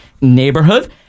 neighborhood